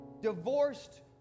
divorced